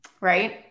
Right